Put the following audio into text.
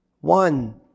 One